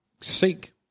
seek